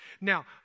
Now